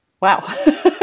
Wow